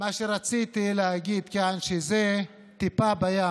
מה שרציתי להגיד כאן זה שזאת טיפה בים,